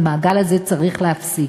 את המעגל הזה צריך להפסיק,